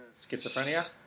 schizophrenia